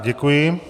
Děkuji.